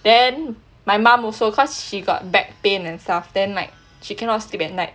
then my mom also cause she got back pain and stuff then like she cannot sleep at night